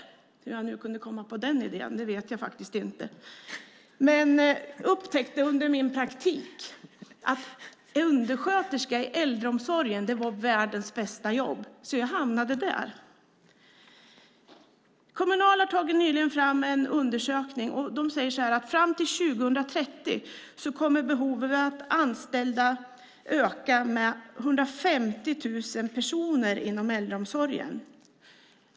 Hur jag nu kunde komma på den idén vet jag faktiskt inte. Jag upptäckte dock under min praktik att undersköterska i äldreomsorgen var världens bästa jobb, så jag hamnade där. Kommunal har nyligen tagit fram en undersökning. Fram till 2030 kommer det att finnas ett behov av att öka antalet anställda med 150 000 personer inom äldreomsorgen.